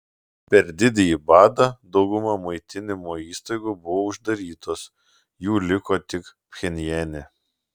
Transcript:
per didįjį badą dauguma maitinimo įstaigų buvo uždarytos jų liko tik pchenjane